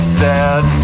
dad